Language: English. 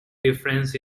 difference